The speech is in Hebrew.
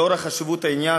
לאור חשיבות העניין,